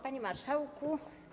Panie Marszałku!